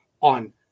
on